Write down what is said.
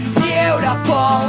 beautiful